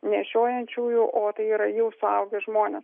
nešiojančiųjų o tai yra jau suaugę žmonės